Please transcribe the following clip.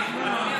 שהוא